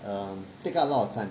um take up a lot of time